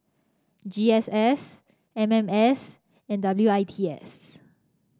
G S S M M S and W I T S